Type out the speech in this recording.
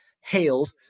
hailed